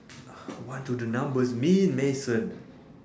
uh what do the numbers mean Mason